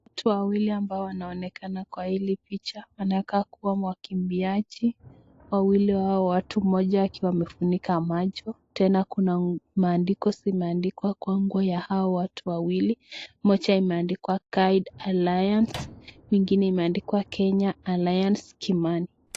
Watu wawili ambao wanaonekana kwa hili picha wanakaa kuwa wakimbiaji. Wawili wa hao watu, mmoja akiwa amefunika macho, tena kuna maandiko zimeandikwa kwa nguo ya hawa watu wawili. Moja imeandikwa guide alliance , ingine imeandikwa Kenya alliance Kimani.